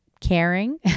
caring